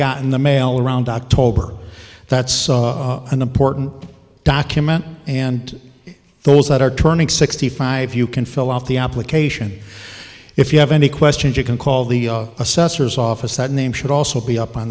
gotten the mail around october that's an important document and those that are turning sixty five you can fill out the application if you have any questions you can call the assessor's office that name should also be up on